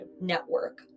network